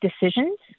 decisions